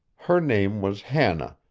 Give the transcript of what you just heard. her name was hannah,